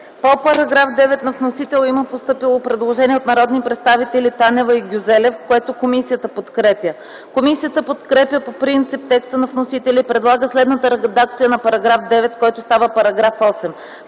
По § 14 на вносителя има постъпило предложение от народните представители Танева и Гюзелев, което комисията подкрепя. Комисията подкрепя по принцип текста на вносителя и предлага следната редакция на § 14, който става § 13: „§